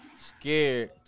Scared